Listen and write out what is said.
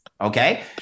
okay